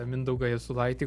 mindaugą jasulaitį